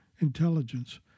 intelligence